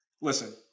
listen